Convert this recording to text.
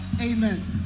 Amen